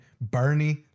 Bernie